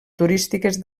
turístiques